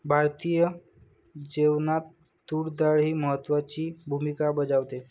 भारतीय जेवणात तूर डाळ ही महत्त्वाची भूमिका बजावते